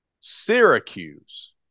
Syracuse